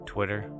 Twitter